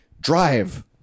drive